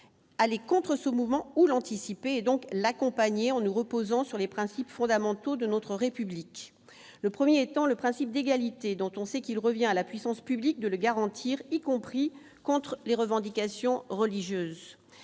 aller contre ce mouvement où l'anticiper et donc l'accompagner en nous reposant sur les principes fondamentaux de notre République, le 1er étant le principe d'égalité dont on sait qu'il revient à la puissance publique de le garantir, y compris contre les revendications religieuses